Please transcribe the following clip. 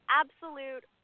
absolute